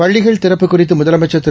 பள்ளிகள் திறப்பு குறித்து முதலமைச்ச் திரு